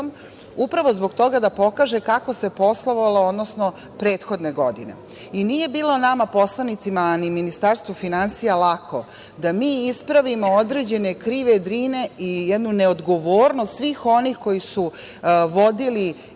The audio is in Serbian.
upravo zbog toga da pokaže kako se poslovalo prethodne godine. I nije bilo nama poslanicima a ni Ministarstvu finansija lako da mi ispravimo određene krive Drine i jednu neodgovornost svih onih koji su vodili